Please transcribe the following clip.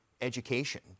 education